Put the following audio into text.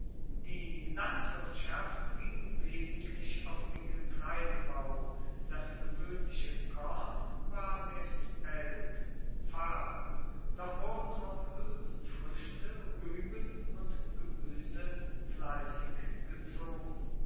die landwirtschaft ging wesentlich auf den getreidebau das gewoehnliche korn war der spelt doch wurden auch huelsenfruechte rueben und gemuese fleissig gezogen